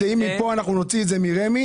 נוציא את זה מרמ"י